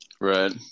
right